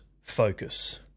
focus